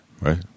right